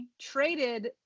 traded